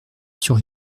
sur